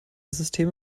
systeme